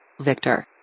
Victor